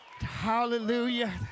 Hallelujah